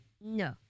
No